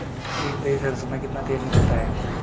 एक दही सरसों में कितना तेल निकलता है?